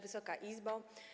Wysoka Izbo!